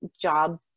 Job